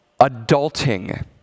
adulting